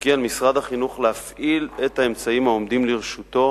וכי על משרד החינוך להפעיל את האמצעים העומדים לרשותו